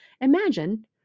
Imagine